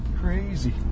crazy